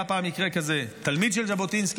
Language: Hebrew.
היה פעם מקרה כזה: תלמיד של ז'בוטינסקי,